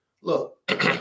Look